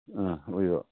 उयो